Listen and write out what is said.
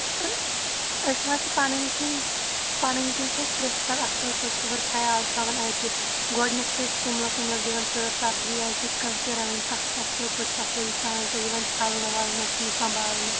سر أسۍ حظ چھِ پَنٕنۍ کِنۍ پَنٕنۍ کِنۍ چھِ أسۍ پرٛٮ۪تھ ساتہٕ اَصٕل پٲٹھۍ پوٗرٕ خیال تھاوان اَتہِ گۄڈنٮ۪تھ چھِ أسۍ توملَس ووملَس دِوان ژٲر سبزی آسہِ ییٚتہِ کانٛہہ تہِ رَنٕنۍ تَتھ چھِ اَصٕل پٲٹھۍ صفٲیی سان سۄ یِوان چھَلنہٕ وَلنہٕ سَمبالنہٕ